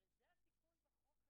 בגדול,